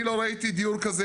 אני לא ראיתי דיור כזה,